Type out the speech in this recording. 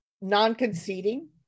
non-conceding